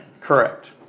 Correct